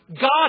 God